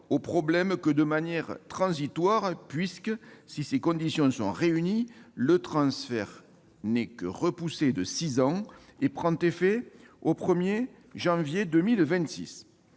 aux problèmes que de manière transitoire puisque, si ces conditions sont réunies, le transfert n'est repoussé que de six ans et prend effet au 1janvier 2026.